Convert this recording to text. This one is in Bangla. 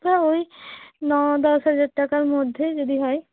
হ্যাঁ ওই ন দশ হাজার টাকার মধ্যেই যদি হয়